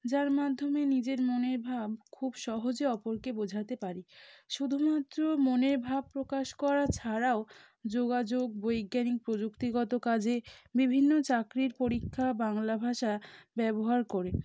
যার মাধ্যমে নিজের মনের ভাব খুব সহজে অপরকে বোঝাতে পারি শুধুমাত্র মনের ভাব প্রকাশ করা ছাড়াও যোগাযোগ বৈজ্ঞানিক প্রযুক্তিগত কাজে বিভিন্ন চাকরির পরীক্ষা বাংলা ভাষা ব্যবহার করে